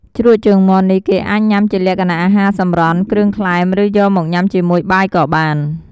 ជ្រក់ជើងមាន់នេះគេអាចញ៉ាំជាលក្ខណៈ អាហាសម្រន់ គ្រឿងក្លែម ឬ យកមកញ៉ាំជាមួយបាយក៏បាន។